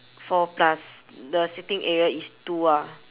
four plus the sitting area is two ah